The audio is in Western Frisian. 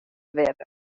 wetter